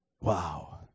Wow